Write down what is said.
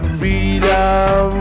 freedom